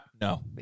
No